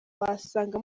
wasanga